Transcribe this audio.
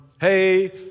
hey